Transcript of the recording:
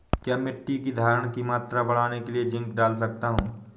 क्या मिट्टी की धरण की मात्रा बढ़ाने के लिए जिंक डाल सकता हूँ?